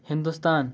Hindustan